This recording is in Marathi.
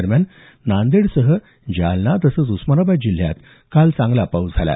दरम्यान नांदेडसह जालना तसंच उस्मानाबाद जिल्ह्यात काल चांगला पाऊस झाला